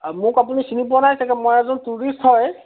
মোক আপুনি চিনি পোৱা নাই ছাগে মই এজন টুৰিষ্ট হয়